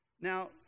Now